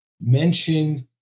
mentioned